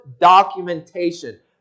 documentation